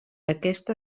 aquest